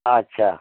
আচ্ছা